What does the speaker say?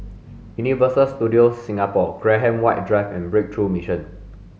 Universal Studios Singapore Graham White Drive and Breakthrough Mission